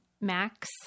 Max